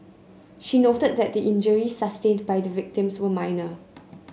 she noted that the injuries sustained by the victims were minor